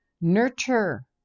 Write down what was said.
nurture